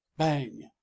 bang!